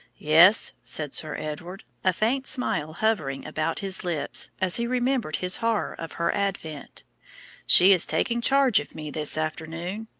yes, said sir edward, a faint smile hovering about his lips as he remembered his horror of her advent she is taking charge of me this afternoon.